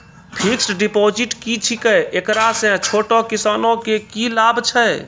Fixed deposit की छिकै, एकरा से छोटो किसानों के की लाभ छै?